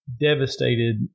devastated